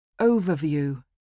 Overview